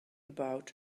about